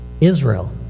Israel